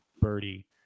birdie